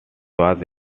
was